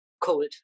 cold